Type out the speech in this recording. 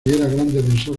defensor